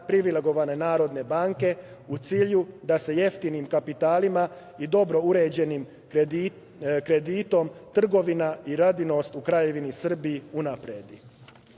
Privilegovane narodne banke, u cilju da se jeftinim kapitalima i dobro uređenim kreditom trgovina i radinost u Kraljevini Srbiji unapredi.I